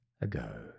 ago